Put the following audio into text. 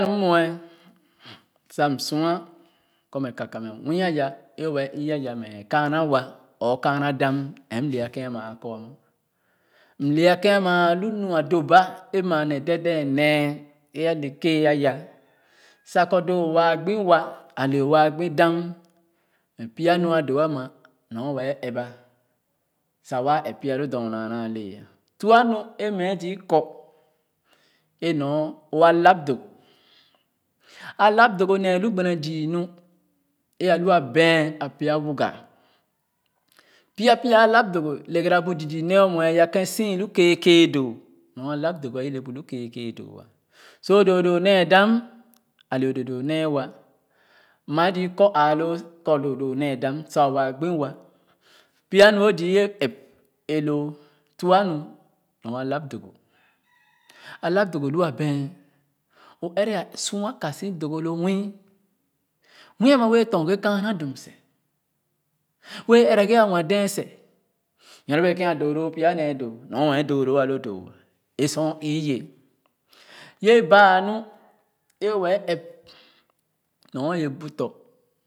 Nu m muɛ sa m sua kɔ mɛ kaka kɔ mɛ mii aya é wɛɛ ü-aya mɛ ɛɛ kaana wa or kaana dam ɛm leva kèn ama a kɔa m le kèn ama m lu lu a doba é maa nee dèdèn nee é ala kéé aya sa kɔ doo waa gbi wa ale waa gbi dam mɛ pya nu a doo ama nɔr wɛɛ ɛp ba sa waa ɛp ba sa waa pya loo dor na ana le tuah nu é mɛ zü kɔ é nɔr o a lap dogo a lap dogo nee lu gbene zü nu é aa lu a bɛan a pya wuga pie pie a lap dogo le gara bu zü zü nee o muɛ a ya kèn si i lu kéé kéé doo nɔr a lap dogo i le bu lu kéé kéé doo a so doo doo nee dam ale doo doo nee wa maa zü kɔ aalo kɔ doo doo nee dam sa waa gbi wa pya nu o zü yɛ ɛp a loo tuah nu nɔr a lap dogo a lap dogo lu a bean o ɛrɛ a sua ka si dogo lo nwii nwii ama wɛɛ tɔnge kaana dim seh wɛɛ ɛrɛ ghe a nwa-dee seh nyɔɔne bee kèn a doo lo pya nee doo nu ɛ doo loo a lo doo avé sor o ü-yɛ yɛ baa nɔr é wɛɛ ɛp nɔr yɛ bu tɔ̃